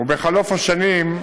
ובחלוף השנים,